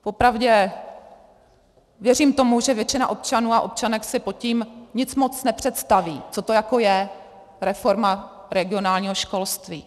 Popravdě, věřím tomu, že většina občanů a občanek si pod tím nic moc nepředstaví, co to jako je, reforma regionálního školství.